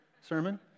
sermon